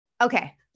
Okay